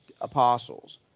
apostles